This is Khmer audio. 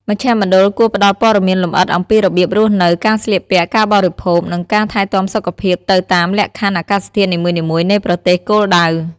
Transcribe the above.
មជ្ឈមណ្ឌលគួរផ្តល់ព័ត៌មានលម្អិតអំពីរបៀបរស់នៅ ការស្លៀកពាក់ ការបរិភោគ និងការថែទាំសុខភាពទៅតាមលក្ខខណ្ឌអាកាសធាតុនីមួយៗនៃប្រទេសគោលដៅ។